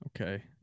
Okay